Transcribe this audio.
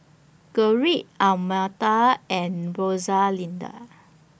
Gerrit Almeta and Rosalinda